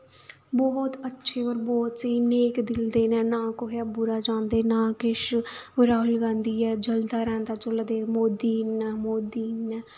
बोहत अच्छे होर बोह्त स्हेई नेक दिल दे न नां कुसै दा बुरा चांह्दे नां किश होर राहुल गांधी ऐ जलदा रैंह्दा जिल्लै दिक्ख मोदी इ'यां मोदी इ'यां